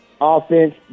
offense